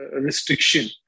restriction